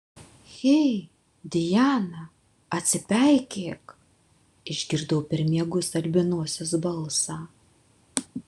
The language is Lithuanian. hei diana atsipeikėk išgirdau per miegus albinosės balsą